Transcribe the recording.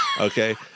Okay